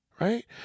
right